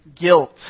guilt